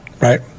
right